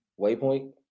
waypoint